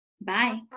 Bye